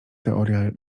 teoria